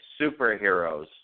superheroes